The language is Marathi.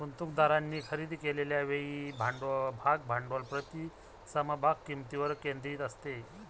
गुंतवणूकदारांनी खरेदी केलेल्या वेळी भाग भांडवल प्रति समभाग किंमतीवर केंद्रित असते